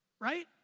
Right